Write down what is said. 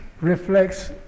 reflects